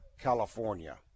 California